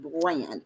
brand